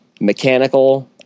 mechanical